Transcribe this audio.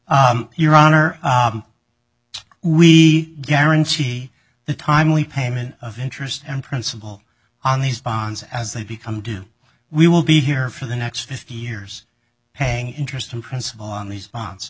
back your honor we guarantee the timely payment of interest and principal on these bonds as they become do we will be here for the next fifty years paying interest in principal on these bo